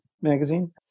Magazine